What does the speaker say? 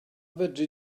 fedri